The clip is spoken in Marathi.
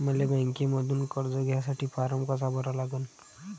मले बँकेमंधून कर्ज घ्यासाठी फारम कसा भरा लागन?